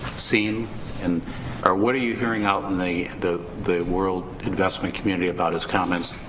scene and are what are you hearing out in the the the world investment community about his comments